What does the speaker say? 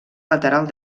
lateral